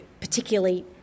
particularly